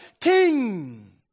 king